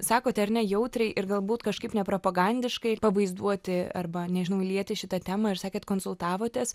sakote ar ne jautriai ir galbūt kažkaip ne propagandiškai pavaizduoti arba nežinau įlieti šitą temą ir sakėt konsultavotės